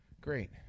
great